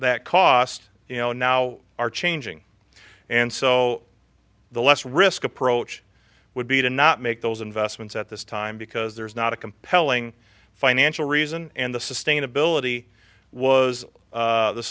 that cost you know now are changing and so the less risk approach would be to not make those investments at this time because there's not a compelling financial reason and the sustainability was